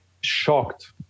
shocked